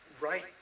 Right